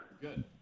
good